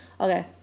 Okay